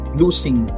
losing